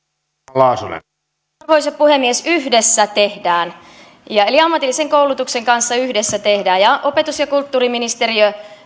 arvoisa puhemies yhdessä tehdään ammatillisen koulutuksen kanssa yhdessä tehdään opetus ja kulttuuriministeriö